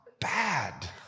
bad